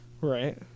Right